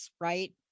right